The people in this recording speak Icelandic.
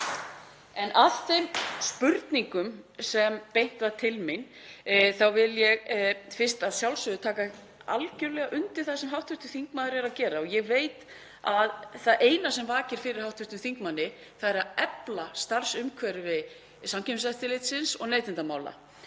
En að þeim spurningum sem beint var til mín þá vil ég fyrst að sjálfsögðu taka algjörlega undir það sem hv. þingmaður er að gera, og ég veit að það eina sem vakir fyrir hv. þingmanni er að efla starfsumhverfi Samkeppniseftirlitsins og neytendamála.